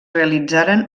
realitzaren